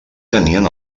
tenien